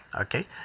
okay